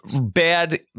bad